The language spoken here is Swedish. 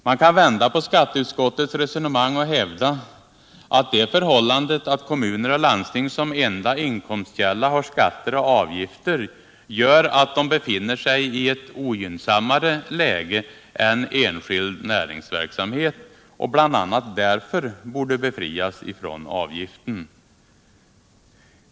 Man kan vända på skatteutskottets resonemang och hävda att förhållandet att kommuner och landsting som enda inkomstkälla har skatter och avgifter gör att de befinner sig i ett ogynnsammare läge än ”enskild näringsverksamhet” och bl.a. därför borde befrias från avgiften.